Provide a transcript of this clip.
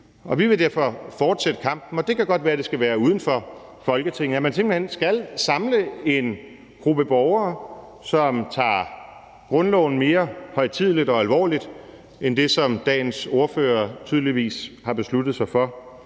Vi vil derfor fortsætte kampen, og det kan godt være, at det skal være uden for Folketinget, altså at man skal samle en gruppe borgere, som tager grundloven mere højtideligt og alvorligt, end dagens ordførere tydeligvis har besluttet sig for